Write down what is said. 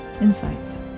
insights